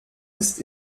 ist